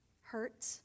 hurt